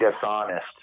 dishonest